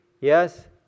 Yes